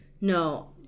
No